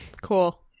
Cool